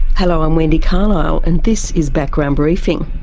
hello. i'm wendy carlisle and this is background briefing.